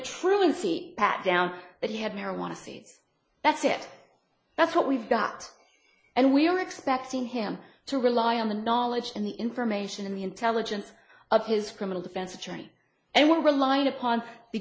truancy pat down that he had marijuana that's it that's what we've got and we're expecting him to rely on the knowledge and the information in the intelligence of his criminal defense attorney and we're relying upon